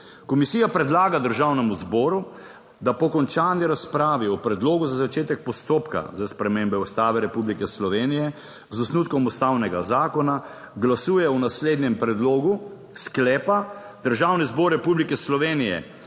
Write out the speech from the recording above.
Komisija predlaga Državnemu zboru, da po končani razpravi o predlogu za začetek postopka za spremembe Ustave Republike Slovenije z osnutkom ustavnega zakona glasuje o naslednjem predlogu sklepa: Državni zbor Republike Slovenije